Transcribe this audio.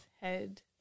head